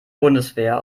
bundeswehr